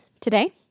today